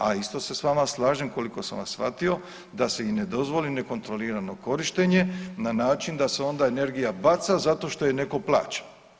A isto se s vama slažem koliko sam vas shvatio da se i ne dozvoli nekontrolirano korištenje na način da se onda energija baca zato što je neko plaća.